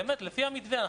באמת לפי המתווה,